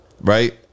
right